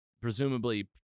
presumably